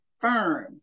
firm